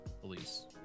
police